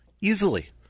easily